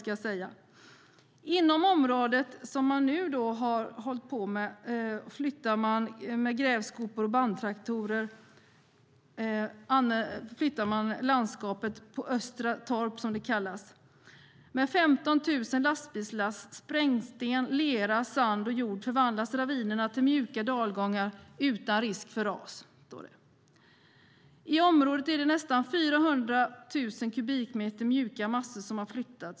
I det här området i Östra Torp flyttar man landskapet med grävskopor och bandtraktorer. Med 15 000 lastbilslass med sprängsten, lera, sand och jord förvandlas ravinerna till mjuka dalgångar utan risk för ras, står det. I området är det nästan 400 000 kubikmeter mjuka massor som har flyttats.